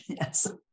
Yes